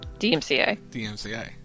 DMCA